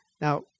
Now